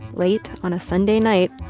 late on a sunday night,